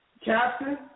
captain